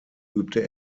übte